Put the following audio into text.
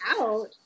out